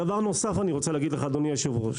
דבר נוסף אני רוצה להגיד לך, אדוני היושב-ראש,